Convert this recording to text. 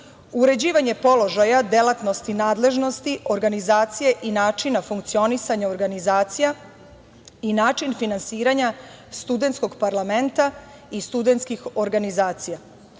uređivanje položaja, delatnosti, nadležnosti, organizacije i načina funkcionisanja organizacija i način finansiranja studentskog parlamenta i studentskih organizacija,